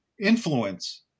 influence